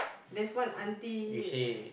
there's one auntie uh